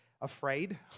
afraid